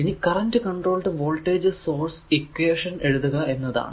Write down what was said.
ഇനി current controlled voltage source equation എഴുതുക എന്നതാണ്